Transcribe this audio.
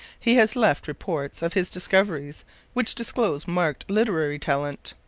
he has left reports of his discoveries which disclose marked literary talent.